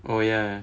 oh ya